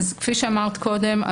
כפי שאמרת קודם,